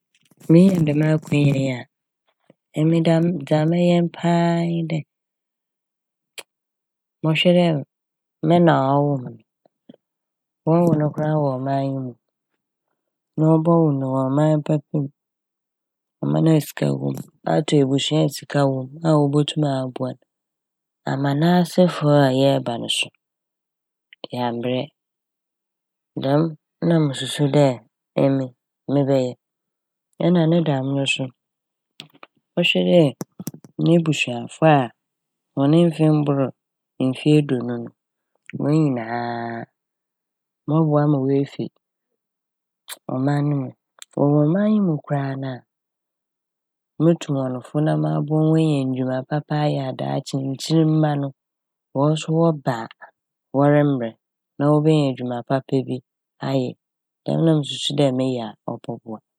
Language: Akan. Minya dɛm akwanya yi a emi da a - dza mɛyɛ paa nye dɛ Mɔhwɛ dɛ me na a ɔwoo me no, wɔnnwo no koraa wɔ ɔman yi mu na wɔbɔwo no wɔ ɔman papa m', ɔman a sika wɔ mu, ato ebusua a sika wɔ mu a wobotum aboa n' ama n'asefo a yɛreba no so yɛammbrɛ. Dɛm na mususu dɛ emi mebɛyɛ. Nna ne dɛm no so mɔhwɛ dɛ m'ebusuafo a hɔn mfe mbor mfe eduenu no, hɔn nyinaa mɔboa ma woefi ɔman yi mu. Wɔwɔ ɔman yi mu koraa mpo a motu hɔn fo na maboa hɔn na woenya ndwuma papa ayɛ a daakye nkyirmba no hɔn so wɔba a wɔremmbrɛ na woebenya edwuma papa bi ayɛ. Ɔno na mususu dɛ meyɛ a ɔbɔboa.